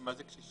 מה זה קשישים?